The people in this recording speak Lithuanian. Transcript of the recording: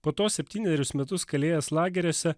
po to septynerius metus kalėjęs lageriuose